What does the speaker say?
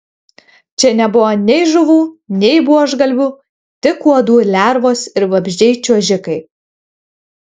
čia nebuvo nei žuvų nei buožgalvių tik uodų lervos ir vabzdžiai čiuožikai